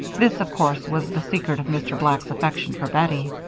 this, of course, was the secret of mr. black's affection for bettie.